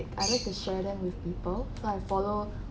I like to share them with people so I follow